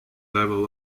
level